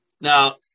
Now